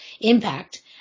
impact